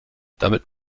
damit